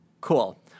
Cool